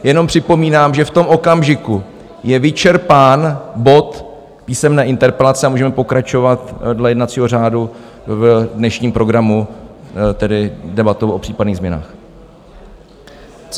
Jenom připomínám, že v tom okamžiku je vyčerpán bod Písemné interpelace a můžeme pokračovat dle jednacího řádu v dnešním programu, tedy debatou o případných změnách.